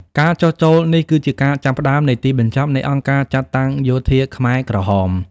ការចុះចូលនេះគឺជាការចាប់ផ្តើមនៃទីបញ្ចប់នៃអង្គការចាត់តាំងយោធាខ្មែរក្រហម។